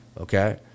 Okay